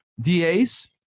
da's